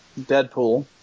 Deadpool